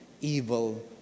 evil